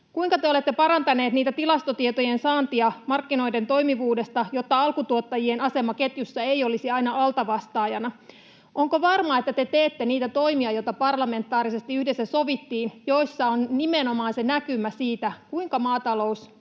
Kuinka te olette parantaneet tilastotietojen saantia markkinoiden toimivuudesta, jotta alkutuottajien asema ketjussa ei olisi aina altavastaajana? Onko varmaa, että te teette niitä toimia, joita parlamentaarisesti yhdessä sovittiin, joissa on nimenomaan se näkymä siitä, kuinka maatalous